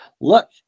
look